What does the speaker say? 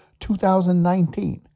2019